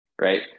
right